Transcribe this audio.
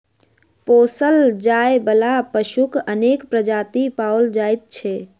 पोसल जाय बला पशुक अनेक प्रजाति पाओल जाइत छै